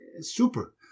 super